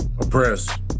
Oppressed